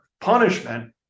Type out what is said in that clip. punishment